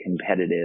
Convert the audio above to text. competitive